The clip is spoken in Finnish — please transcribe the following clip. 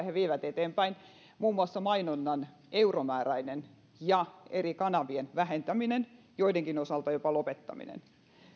he vievät eteenpäin muun muassa mainonnan euromääräinen ja eri kanavien vähentäminen joidenkin osalta jopa lopettaminen